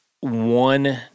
one